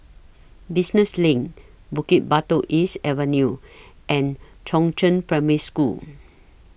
Business LINK Bukit Batok East Avenue and Chongzheng Primary School